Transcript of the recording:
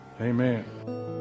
amen